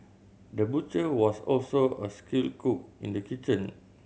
the butcher was also a skilled cook in the kitchen